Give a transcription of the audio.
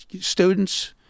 students